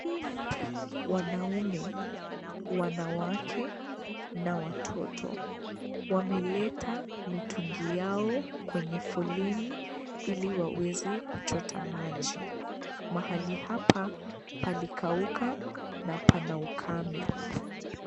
Wanaume, wanawake na watoto wameleta mitungi yao kwenye foleni ili waweze kuchota Maji . Mahali hapa palikauka na Pana ukame.